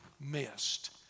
missed